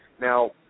Now